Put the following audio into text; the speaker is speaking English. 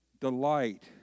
delight